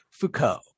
Foucault